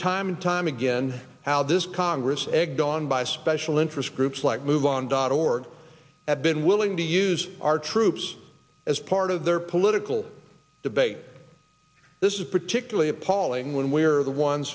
time and time again how this congress egged on by special interest groups like move on dot org have been willing to use our troops as part of their political debate this is particularly appalling when we're the ones